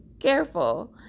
careful